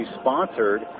sponsored